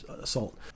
assault